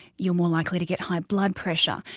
you're more likely to get high blood pressure.